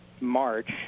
March